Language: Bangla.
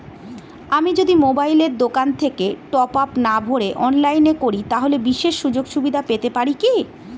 আমি যদি মোবাইলের দোকান থেকে টপআপ না ভরে অনলাইনে করি তাহলে বিশেষ সুযোগসুবিধা পেতে পারি কি?